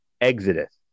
Exodus